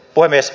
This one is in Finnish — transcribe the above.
puhemies